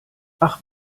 ach